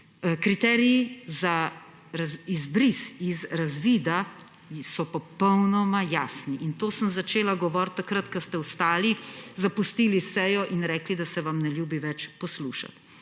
Kriteriji za izbris iz razvida so popolnoma jasni. To sem začela govoriti takrat, ko ste vstali, zapustili sejo in rekli, da se vam ne ljubi več poslušati.